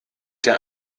der